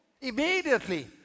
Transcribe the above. Immediately